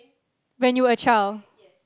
when you were a child